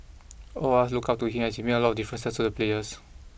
all of us looked up to him and he made a lot of difference to the players